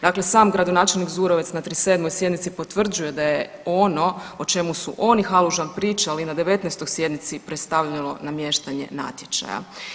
Dakle sam gradonačelnik Zurovec na 37. sjednici potvrđuje da je ono o čemu su on i Halužan pričali na 19. sjednici predstavljalo namještanje natječaja.